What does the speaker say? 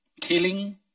killing